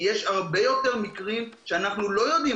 מצב שבו יש הרבה יותר מקרים שאנחנו לא יודעים